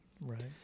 Right